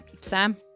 Sam